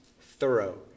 thorough